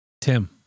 Tim